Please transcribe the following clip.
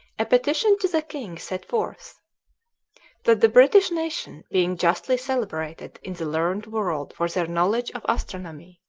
a petition to the king set forth that, the british nation being justly celebrated in the learned world for their knowledge of astronomy,